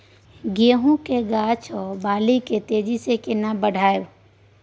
गेहूं के गाछ ओ बाली के तेजी से केना बढ़ाइब?